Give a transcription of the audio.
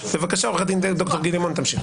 בבקשה, עורך הדין ד"ר גיל לימון, תמשיך.